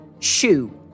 Shoe